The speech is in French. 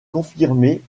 confirmée